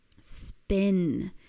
spin